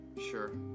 Sure